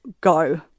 go